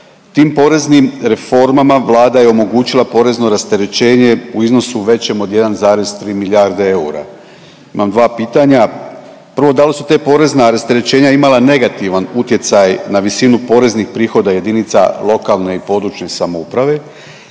Tim poreznim reformama Vlada je omogućila porezno rasterećenje u iznosu većem od 1,3 milijarde eura. Imam dva pitanja. Prvo da li su ta porezna rasterećenja imala negativan utjecaj na visinu poreznih prihoda jedinica lokalne i područne samouprave